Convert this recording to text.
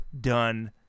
done